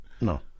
no